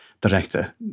director